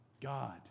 God